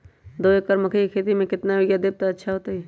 दो एकड़ मकई के खेती म केतना यूरिया देब त अच्छा होतई?